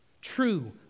true